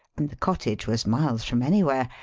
and the cottage was miles from anywhere,